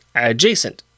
adjacent